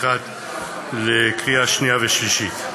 לקריאה שנייה ושלישית.